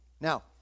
now